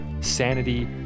sanity